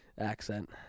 accent